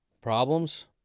problems